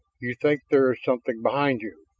you think there is something behind you.